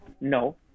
No